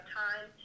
time